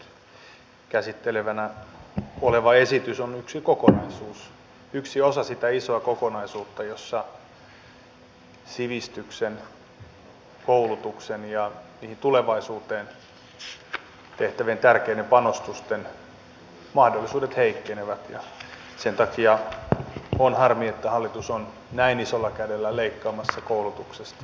nyt käsiteltävänä oleva esitys on yksi osa sitä isoa kokonaisuutta jossa sivistyksen koulutuksen ja tulevaisuuteen tehtävien tärkeiden panostusten mahdollisuudet heikkenevät ja on harmi että hallitus on näin isolla kädellä leikkaamassa koulutuksesta